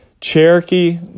Cherokee